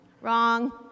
Wrong